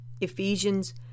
Ephesians